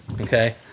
okay